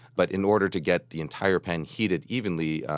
but in order to get the entire pan heated evenly,